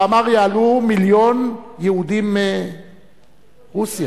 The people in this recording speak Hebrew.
ואמר: יעלו מיליון יהודים מרוסיה,